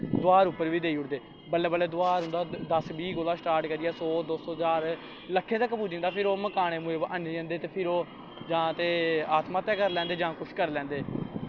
दोहार उप्पर बी देई ओड़दे बल्लैं बल्लैं दोहार दस बीह् कोला स्टार्ट करियै सौ दो सौ ज्हार लक्खें तक पुज्जी जंदा फिर ओह् मकाए ऐनी जंदे ते फिर जां ते आत्म हत्या करी लैंदे जां कुछ करी लैंदे